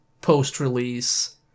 post-release